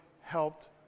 helped